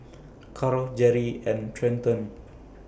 Karl Jeri and Trenton